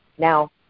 Now